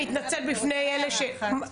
אני רוצה הערה אחת.